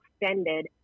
extended